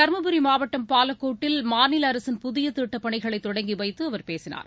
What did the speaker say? தரும்புரி மாவட்டம் பாலக்கோட்டில் மாநில அரசின் புதிய திட்டப் பணிகளை தொடங்கிவைத்து அவர் பேசினார்